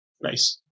Nice